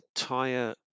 entire